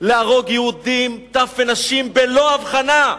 להרוג יהודים, טף ונשים, בלא הבחנה.